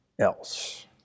else